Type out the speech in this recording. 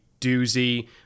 doozy